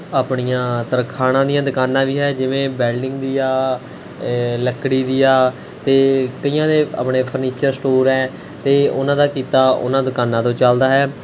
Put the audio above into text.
ਆਪਣੀਆਂ ਤਰਖਾਣਾਂ ਦੀਆਂ ਦੁਕਾਨਾਂ ਵੀ ਹੈ ਜਿਵੇਂ ਵੈੱਲਡਿੰਗ ਦੀ ਹੈ ਲੱਕੜੀ ਦੀ ਹੈ ਅਤੇ ਕਈਆਂ ਦੇ ਆਪਣੇ ਫਰਨੀਚਰ ਸਟੋਰ ਹੈ ਅਤੇ ਉਹਨਾਂ ਦਾ ਕਿੱਤਾ ਉਹਨਾਂ ਦੁਕਾਨਾਂ ਤੋਂ ਚੱਲਦਾ ਹੈ